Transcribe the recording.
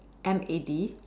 M A D